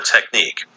technique